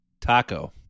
Taco